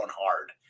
hard